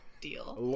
deal